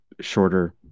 shorter